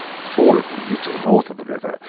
four of these, to the north of the river,